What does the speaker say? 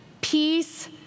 peace